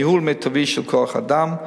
ניהול מיטבי של כוח-אדם,